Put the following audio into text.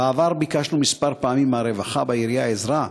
בעבר ביקשנו כמה פעמים מהרווחה בעירייה עזרה,